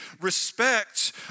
respect